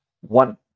one